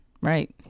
right